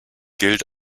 gilt